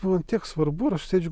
buvo ant tiek svarbu ir aš sėdžiu